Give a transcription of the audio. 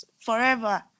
forever